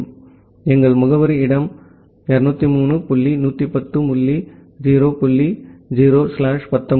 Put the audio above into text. எனவே எங்கள் முகவரிஇடம் 203 டாட் 110 டாட் 0 டாட் 0 ஸ்லாஷ் 19